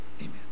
Amen